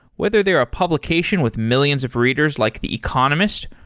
whether they're a publication with millions of readers like the economist,